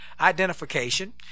identification